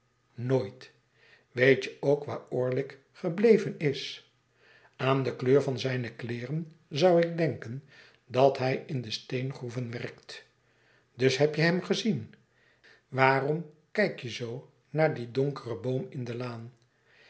nooit weet je ook waar orlick gebleven is aan de kleur van zijne kleeren zou ik denken dat hij in de steengroeven werkt dus heb je hem gezien waarom kijk je zoo naar dien donkeren boom in de laan